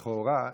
לכאורה,